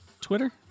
Twitter